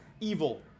Evil